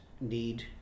need